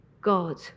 God